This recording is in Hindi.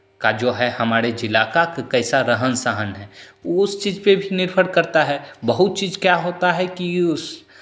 का जो है हमारे जिला का कैसा रहन सहन है उस चीज़ पे भी निर्भर करता है बहुत चीज़ क्या होता है कि उस